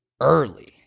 early